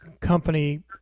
company